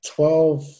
Twelve